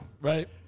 right